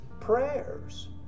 prayers